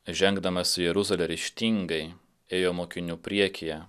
žengdamas į jeruzalę ryžtingai ėjo mokinių priekyje